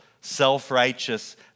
self-righteous